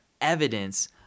evidence